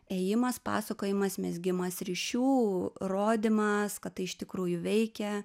ėjimas pasakojimas mezgimas ryšių rodymas kad tai iš tikrųjų veikia